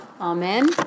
amen